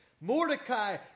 Mordecai